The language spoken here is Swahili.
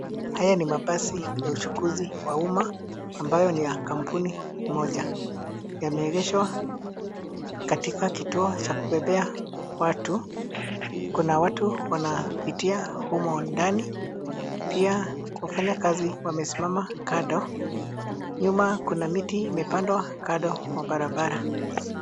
Haya ni mabasi ya uchukuzi wa umma ambayo ni ya kampuni moja. Yameegeshwa katika kituo cha kubebea watu. Kuna watu wanaitia humo ndani. Pia wafanyakazi wamesimama kando. Nyuma kuna miti imepandwa kando wa barabara.